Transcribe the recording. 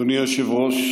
אדוני היושב-ראש,